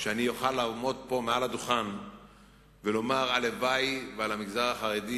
שאני אוכל לעמוד פה מעל הדוכן ולומר: הלוואי על המגזר החרדי